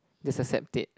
just accept it